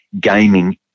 gaming